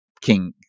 King